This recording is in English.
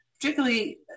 Particularly